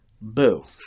Boo